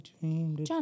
John